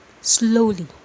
slowly